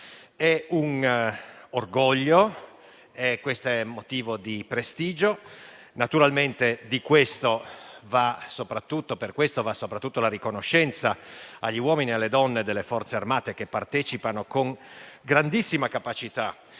È un orgoglio ed è motivo di prestigio e naturalmente per questo va soprattutto la riconoscenza agli uomini e alle donne delle Forze armate che partecipano con grandissima capacità